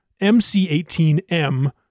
MC18M